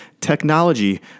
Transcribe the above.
technology